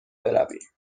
برویم